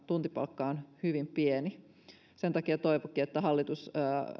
tuntipalkka on hyvin pieni sen takia toivonkin että hallitus